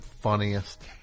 funniest